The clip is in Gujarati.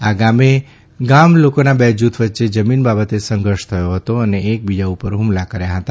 આ ગામે ગામ લોકોના બે જૂથ વચ્ચે જમીન બાબતે સંઘર્ષ થયો હતો અને એક બીજા ઉપર હ્મલા કર્યા હતા